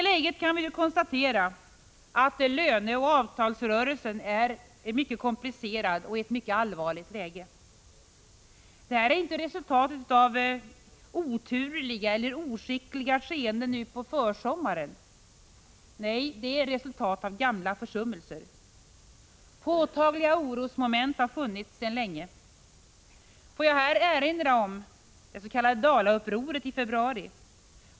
Vi kan konstatera att löneoch avtalsrörelsen är mycket komplicerad och befinner sig i ett allvarligt läge. Detta är inte resultatet av oturliga eller oskickliga skeenden nu på försommaren. Nej, det är resultatet av gamla försummelser. Påtagliga orosmoment har funnits sedan länge. Får jag här erinra om det s.k. Dalaupproret i februari.